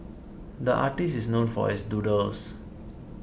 the artist is known for his doodles